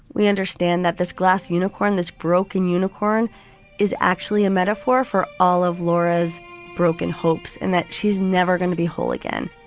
we understand that this glass unicorn, this broken unicorn is actually a metaphor for all of laura's broken hopes and that she's never going to be whole again.